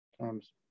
Times